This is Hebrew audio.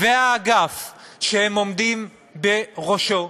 והאגף שהם עומדים בראשו,